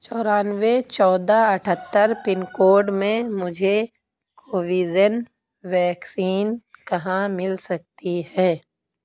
چورانوے چودہ اٹھتتر پنکوڈ میں مجھے کوویزین ویکسین کہاں مل سکتی ہے